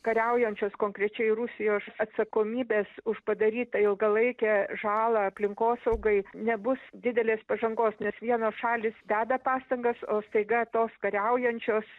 kariaujančios konkrečiai rusijos atsakomybės už padarytą ilgalaikę žalą aplinkosaugai nebus didelės pažangos nes vienos šalys deda pastangas o staiga tos kariaujančios